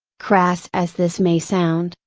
crass as this may sound,